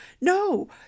no